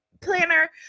planner